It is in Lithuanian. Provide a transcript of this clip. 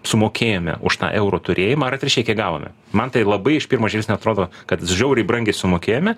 sumokėjome už euro turėjimą ar atvirščiai kiek gavome man tai labai iš pirmo žvilgsnio atrodo kad žiauriai brangiai sumokėjome